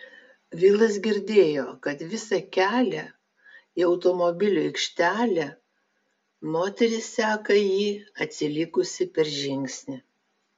vilas girdėjo kad visą kelią į automobilių aikštelę moteris seka jį atsilikusi per žingsnį